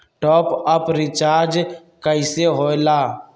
Top up recharge कइसे होएला?